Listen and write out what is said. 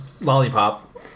lollipop